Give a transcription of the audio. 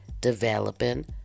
developing